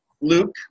Luke